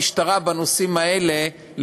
המשטרה בנושאים האלה,